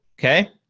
Okay